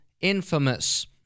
infamous